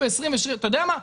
אתה יודע מה?